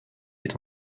est